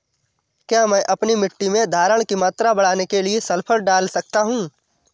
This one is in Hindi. क्या मैं अपनी मिट्टी में धारण की मात्रा बढ़ाने के लिए सल्फर डाल सकता हूँ?